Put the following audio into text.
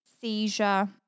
seizure